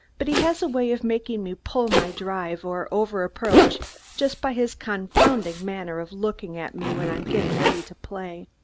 but he has a way of making me pull my drive or over-approach just by his confounded manner of looking at me when i am getting ready to play.